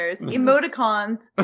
emoticons